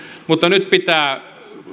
mutta nyt pitää